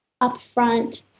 upfront